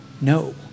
no